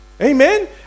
Amen